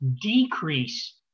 decrease